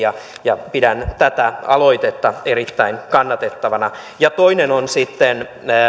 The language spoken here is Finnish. pidän tätä aloitetta erittäin kannatettavana toinen on sitten